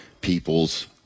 people's